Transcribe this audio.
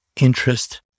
interest